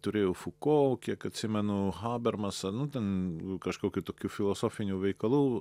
turėjau fuko kiek atsimenu habermasą nu ten kažkokių tokių filosofinių veikalų